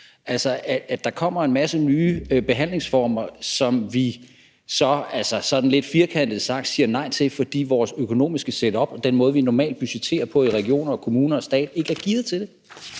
altså, at der kommer en masse nye behandlingsformer, som vi så sådan lidt firkantet sagt siger nej til, fordi vores økonomiske setup og den måde, vi normalt budgetterer på i regionerne og kommunerne og staten, ikke er gearet til det.